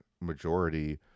majority